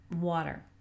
water